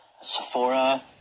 Sephora